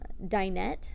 dinette